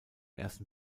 ersten